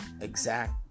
exact